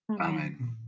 amen